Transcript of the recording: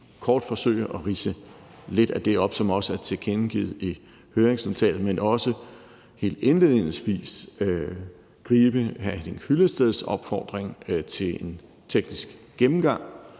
kort forsøge at ridse lidt af det op, som også er tilkendegivet i høringsnotatet, men også helt indledningsvis gribe hr. Henning Hyllesteds opfordring til en teknisk gennemgang,